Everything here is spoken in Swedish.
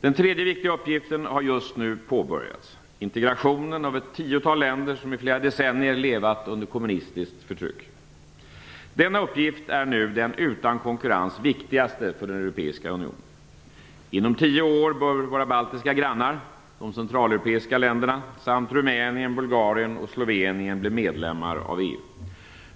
Den tredje viktiga uppgiften har just nu påbörjats, nämligen integrationen av ett tiotal länder som i flera decennier levat under kommunistiskt förtryck. Denna uppgift är nu den utan konkurrens viktigaste för den europeiska unionen. Inom tio år bör våra baltiska grannar, de centraleuropeiska länderna samt Rumänien, Bulgarien och Slovenien bli medlemmar av EU.